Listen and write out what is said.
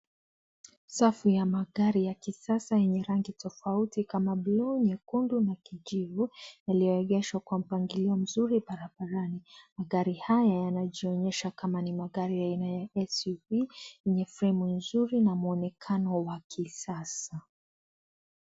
Safu ya magari ya kisasa yenye rangi tofauti kama buluu, nyekundu na kijivu yaliyoegeshwa kwa mpangilio mzuri barabarani, magari haya yanajionyesha kama ni magari aina ya suv yenye fremu nzuri na muonekano wa kisasa.